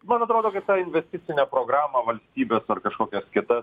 man atrodo kad investicinę programą valstybė ar kažkokias kitas